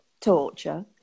torture